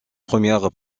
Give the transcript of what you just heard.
première